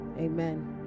amen